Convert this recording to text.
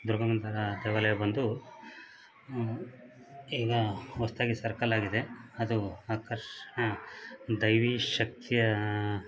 ದುರ್ಗಮ್ಮನ ಥರ ದೇವಾಲಯ ಬಂದು ಈಗ ಹೊಸ್ದಾಗಿ ಸರ್ಕಲ್ ಆಗಿದೆ ಅದು ಆಕರ್ಷಣೆ ದೈವಿ ಶಕ್ತಿಯ